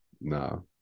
No